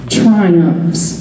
triumphs